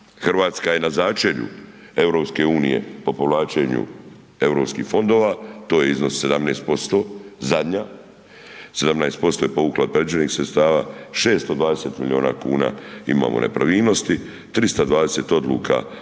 Hrvatska je na začelju EU po povlačenju europskih fondova, to je iznos 17% zadnja, 17% je povukla od predviđenih sredstava, 620 milijuna kuna imamo nepravilnosti, 320 odluka o